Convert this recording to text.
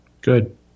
Good